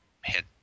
head